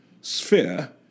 sphere